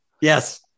yes